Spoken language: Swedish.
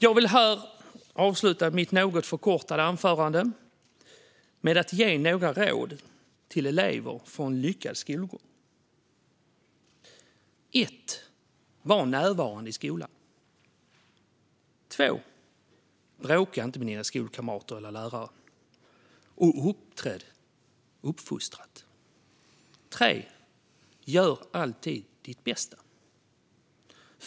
Jag vill här avsluta mitt något förkortade anförande med att ge några råd till elever för en lyckad skolgång: 1. Var närvarande i skolan! 2. Bråka inte med dina skolkamrater och lärare, och uppträd uppfostrat! 3. Gör alltid ditt bästa!